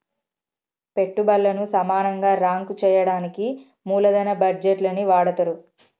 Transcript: పెట్టుబల్లను సమానంగా రాంక్ చెయ్యడానికి మూలదన బడ్జేట్లని వాడతరు